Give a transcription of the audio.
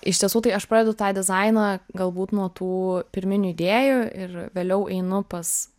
iš tiesų tai aš pradedu tą dizainą galbūt nuo tų pirminių idėjų ir vėliau einu pas